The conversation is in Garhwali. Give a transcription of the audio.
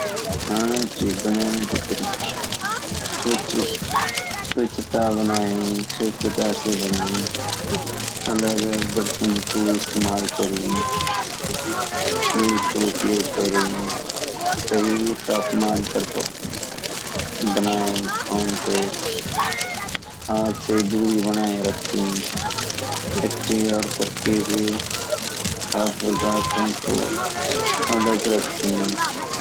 जो खानु छू बनानु को तरीका स्वच्छ ता बनाये स्वछता साई बनाये अलग अलग बर्तन का इस्तेमाल करे सही तापमान पार बनाये खानु तै आग साई दुरी बनाये रखे कच्चे और पक्के हुए खाद्य ोदार्थो को अलग रखे